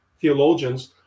theologians